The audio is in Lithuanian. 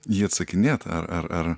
jį atsakinėt ar ar ar